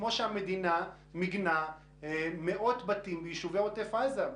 כמו שהמדינה מיגנה מאות בתים ביישובי עוטף עזה.